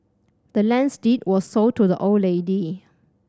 the land's deed was sold to the old lady